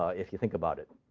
ah if you think about it.